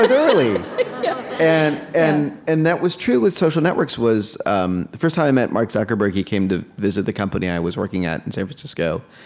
i was early. and and and that was true with social networks was um the first time i met mark zuckerberg, he came to visit the company i was working at in san francisco.